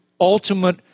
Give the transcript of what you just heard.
ultimate